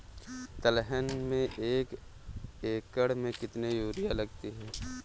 दलहन में एक एकण में कितनी यूरिया लगती है?